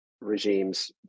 regimes